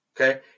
Okay